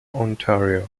ontario